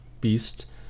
beast